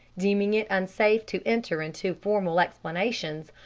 deeming it unsafe to enter into formal explanations,